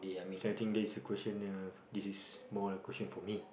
so I think this question uh this is more a question for me